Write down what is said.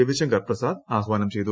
രവിശങ്കർ പ്രസാദ് ആഹ്വാനം ചെയ്തു